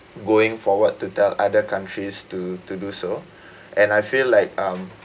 going forward to tell other countries to to do so and I feel like um